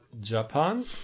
Japan